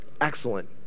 Excellent